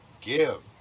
Give